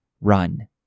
Run